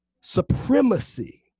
supremacy